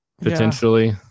potentially